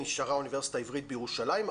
נשארה האוניברסיטה העברית בירושלים,